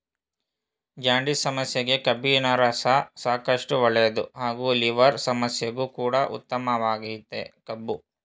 jaundice ಸಮಸ್ಯೆಗೆ ಕಬ್ಬಿನರಸ ಸಾಕಷ್ಟು ಒಳ್ಳೇದು ಹಾಗೂ ಲಿವರ್ ಸಮಸ್ಯೆಗು ಕೂಡ ಉತ್ತಮವಾಗಯ್ತೆ ಕಬ್ಬು